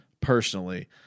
personally